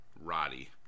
Roddy